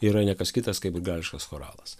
yra ne kas kitas kaip grigališkas choralas